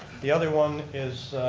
the other one is,